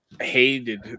hated